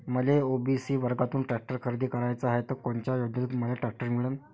मले ओ.बी.सी वर्गातून टॅक्टर खरेदी कराचा हाये त कोनच्या योजनेतून मले टॅक्टर मिळन?